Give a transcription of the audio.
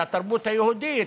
התרבות היהודית,